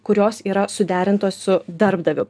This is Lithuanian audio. kurios yra suderintos su darbdaviu